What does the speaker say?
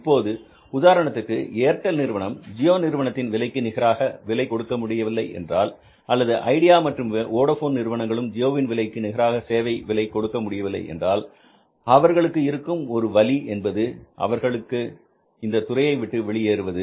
இப்போது உதாரணத்திற்கு ஏர்டெல் நிறுவனம் ஜியோ நிறுவனத்தின் விலைக்கு நிகராக விலை கொடுக்க முடியவில்லை என்றால் அல்லது ஐடியா மற்றும் வோடபோன் நிறுவனங்களும் ஜியோவின் விலைக்கு நிகராக சேவை விலை கொடுக்க முடியவில்லை என்றால் அவர்களுக்கு இருக்கும் ஒரு வழி என்பது அவர்கள் இந்தத் துறையை விட்டு வெளியேறுவது